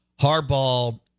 Harbaugh